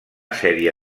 sèrie